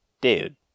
Dude